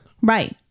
Right